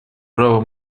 право